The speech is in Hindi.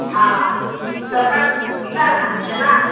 हाँ ज़बरदस्ती करना है ना